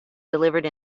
delivered